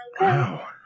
Wow